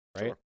right